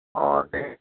दे